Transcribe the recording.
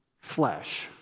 flesh